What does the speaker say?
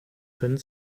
können